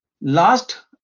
last